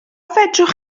fedrwch